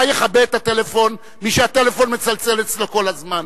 אולי יכבה את הטלפון מי שהטלפון מצלצל אצלו כל הזמן?